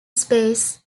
space